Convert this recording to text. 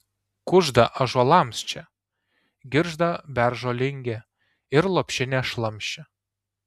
kužda ąžuolams čia girgžda beržo lingė ir lopšinė šlamščia